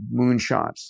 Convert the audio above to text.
moonshots